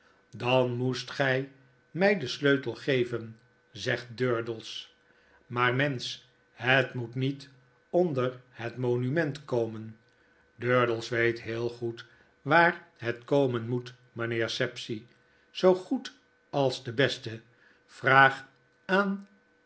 an moest gij mij den sleutel geven zegt durdels maar mensch het moet niet onder het monument komen durdels weet heel goed waar het komen moet mijnheer sapsea zoo goed alsdebeste vraag aan